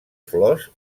flors